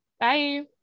Bye